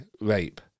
rape